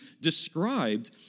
described